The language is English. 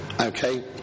Okay